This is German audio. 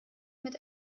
mit